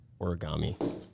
origami